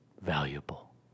valuable